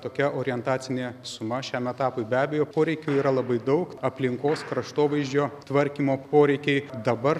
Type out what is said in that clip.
tokia orientacinė suma šiam etapui be abejo poreikių yra labai daug aplinkos kraštovaizdžio tvarkymo poreikiai dabar